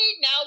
now